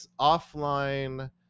offline